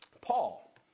Paul